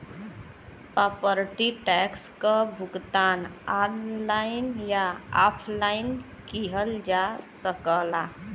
property tax क भुगतान online या ऑफलाइन किहल जा सकला